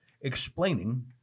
explaining